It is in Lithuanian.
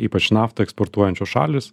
ypač naftą eksportuojančios šalys